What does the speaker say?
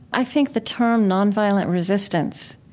i think the term nonviolent resistance,